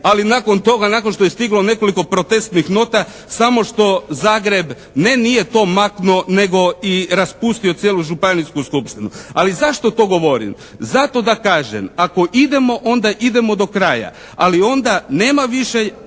ali nakon toga, nakon što je stiglo nekoliko protestnih nota samo što Zagreb ne nije to maknuto nego i raspustio cijelu županijsku skupštinu. Ali zašto to govorim? Zato da kažem ako idemo onda idemo do kraja. Ali onda nema više